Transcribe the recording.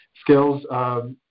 skills